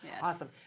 awesome